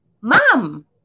Mom